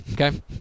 Okay